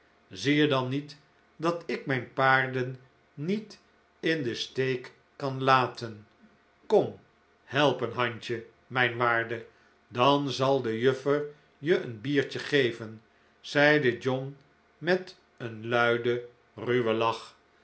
zie je dan niet dat ik mijn paarden niet in den steek kan laten kom help een handje mijn waarde dan zal de juffer je een biertje geven zeide john met een luiden ruwen lach